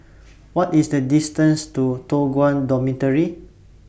What IS The distance to Toh Guan Dormitory